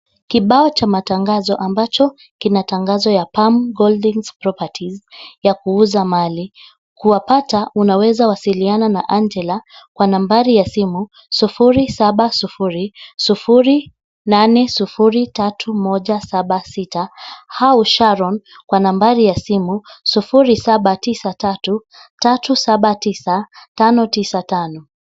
Kibao cha matangazo ambacho kina tangazo ya Pam Golding Properties, ya kuuza mali. Kuwapata unaweza wasiliana na Angela kwa nambari ya simu 0700 803 176 au Sharon kwa nambari ya simu 0793 379 595.